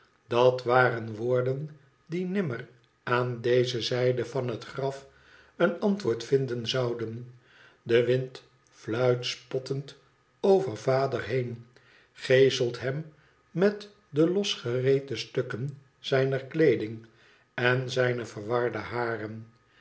dat waren woorden die nimmer aan deze zijde van het graf een antwoord vinden zouden de wind fluit spottend over vader heen geeselt hem met de losgereten stukken zijner kleeding en zijne verwarde haren